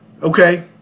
Okay